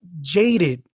jaded